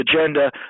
agenda